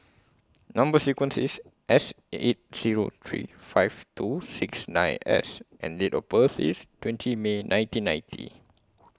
Number sequence IS S eight Zero three five two six nine S and Date of birth IS twenty May nineteen ninety